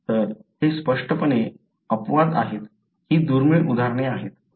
तर हे स्पष्टपणे अपवाद आहेत ही दुर्मिळ उदाहरणे आहेत